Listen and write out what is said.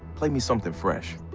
play me something fresh.